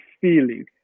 feeling